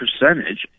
percentage